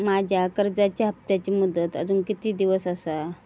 माझ्या कर्जाचा हप्ताची मुदत अजून किती दिवस असा?